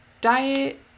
diet